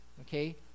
okay